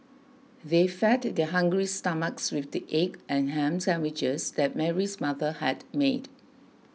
they fed their hungry stomachs with the egg and ham sandwiches that Mary's mother had made